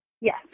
Yes